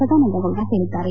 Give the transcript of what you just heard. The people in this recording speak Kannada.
ಸದಾನಂದಗೌಡ ಹೇಳಿದ್ದಾರೆ